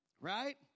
Right